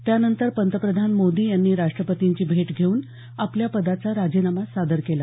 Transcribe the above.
त्यानंतर पंतप्रधान मोदी यांनी राष्ट्रपतींची भेट घेऊन आपल्या पदाचा राजीनामा सादर केला